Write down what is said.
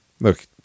Look